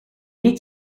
niet